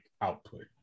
output